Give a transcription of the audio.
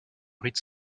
rite